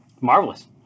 Marvelous